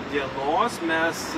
dienos mes